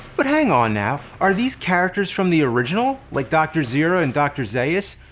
but hang on now? are these characters from the original, like dr. zira and dr. zaius?